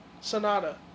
Sonata